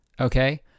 okay